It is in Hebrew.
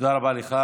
תודה רבה לך.